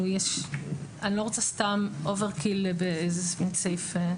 אני הייתי נשארת עם זה